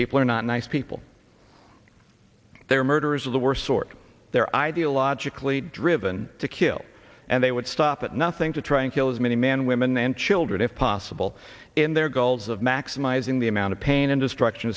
people are not nice people they are murderers of the worst sort they're ideologically driven to kill and they would stop at nothing to try and kill as many men women and children if possible in their goals of maximizing the amount of pain and destruction